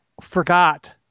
forgot